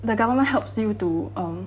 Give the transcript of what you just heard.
the government helps you to um